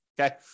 Okay